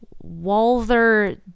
walther